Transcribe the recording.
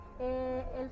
El